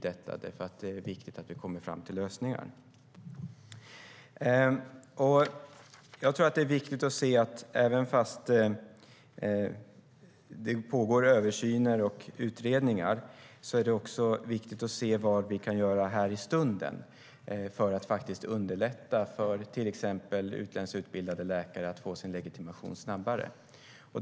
Det är viktigt att vi kommer fram till lösningar. Trots att det pågår översyner och utredningar är det viktigt att se vad vi kan göra i stunden för att underlätta för till exempel utländskt utbildade läkare att få sin legitimation snabbare.